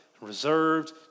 reserved